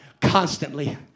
constantly